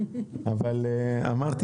אבל אמרתי,